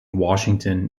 washington